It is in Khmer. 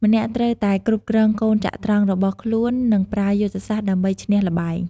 ម្នាក់ត្រូវតែគ្រប់គ្រងកូនចត្រង្គរបស់ខ្លួន និងប្រើយុទ្ធសាស្ត្រដើម្បីឈ្នះល្បែង។